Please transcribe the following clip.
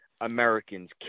Americans